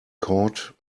caught